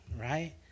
right